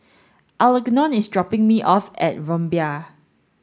Algernon is dropping me off at Rumbia